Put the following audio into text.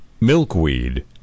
milkweed